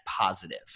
positive